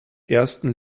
ersten